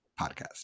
podcast